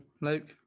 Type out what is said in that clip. Luke